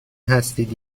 هستید